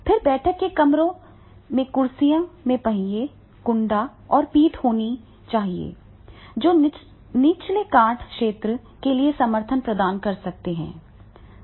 फिर बैठक के कमरे में कुर्सियों में पहिए कुंडा और पीठ होनी चाहिए जो निचले काठ क्षेत्र के लिए समर्थन प्रदान कर सकते हैं